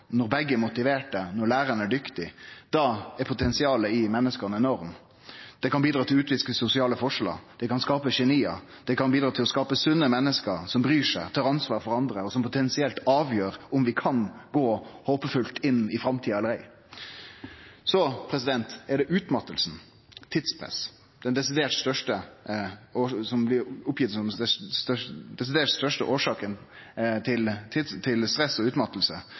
når begge er motiverte, når læraren er dyktig – då er potensialet i menneska enormt. Det kan bidra til å utviske sosiale forskjellar. Det kan skape geni. Det kan bidra til å skape sunne menneske som bryr seg, og som tar ansvar for andre, og som potensielt avgjer om vi kan gå håpefullt inn i framtida eller ikkje. Så er det utmattinga, tidspresset, det som blir sagt er den desidert største årsaka til stress og utmatting. 94 pst. opplyser i «surveyen» til